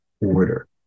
order